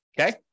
okay